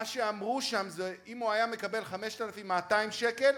מה שאמרו שם זה: אם הוא היה מקבל 5,200 שקל,